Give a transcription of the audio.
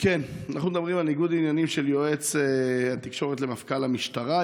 אנחנו מדברים על ניגוד עניינים של יועץ התקשורת למפכ"ל המשטרה.